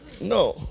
no